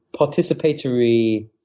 participatory